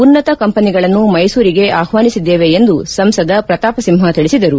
ಉನ್ನತ ಕಂಪನಿಗಳನ್ನು ಮೈಸೂರಿಗೆ ಆಹ್ವಾನಿಸಿದ್ದೇವೆ ಎಂದು ಸಂಸದ ಪ್ರತಾಪ ಸಿಂಹ ತಿಳಿಸಿದರು